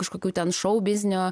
kažkokių ten šou biznio